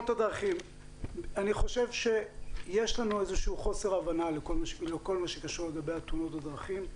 אני חושב שיש לנו איזשהו חוסר הבנה לגבי כל מה שקשור בתאונות הדרכים.